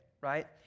right